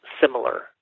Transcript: similar